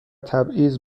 تبعیض